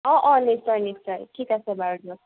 অ অ নিশ্চয় নিশ্চয় ঠিক আছে বাৰু দিয়ক